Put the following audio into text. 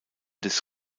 des